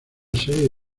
serie